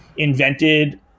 Invented